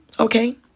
Okay